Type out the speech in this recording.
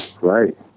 Right